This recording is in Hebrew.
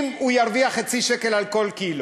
אם הוא ירוויח חצי שקל על כל קילו,